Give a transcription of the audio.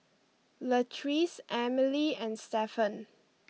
Latrice Emilee and Stephen